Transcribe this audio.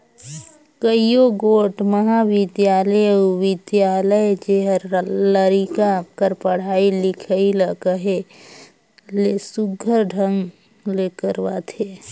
कइयो गोट महाबिद्यालय अउ बिद्यालय जेहर लरिका कर पढ़ई लिखई ल कहे ले सुग्घर ढंग ले करवाथे